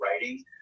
writing